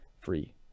free